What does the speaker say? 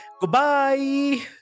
goodbye